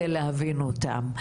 על מנת להבין אותם,